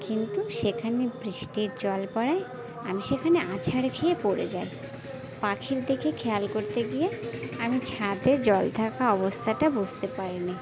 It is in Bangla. কিন্তু সেখানে বৃষ্টির জল পড়ায় আমি সেখানে আছাড় খেয়ে পড়ে যাই পাখি দেখে খেয়াল করতে গিয়ে আমি ছাদের জল থাকা অবস্থাটা বুঝতে পারি নি